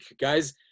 guys